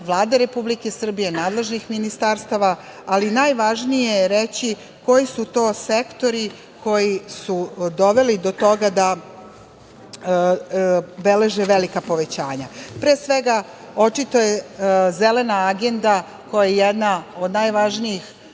Vlade Republike Srbije, nadležnih ministarstava, ali najvažnije je reći koji su to sektori koji su doveli do toga da beleže velika povećanja. Pre svega, očito je Zelena agenda, koja je jedna od najvažnijih